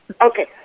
Okay